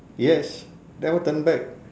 yes never turn back